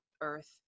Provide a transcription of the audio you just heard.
earth